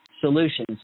solutions